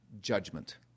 judgment